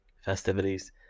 festivities